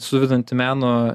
suvedanti meno